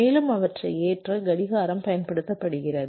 மேலும் அவற்றை ஏற்ற கடிகாரம் பயன்படுத்தப்படுகிறது